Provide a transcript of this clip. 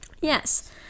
yes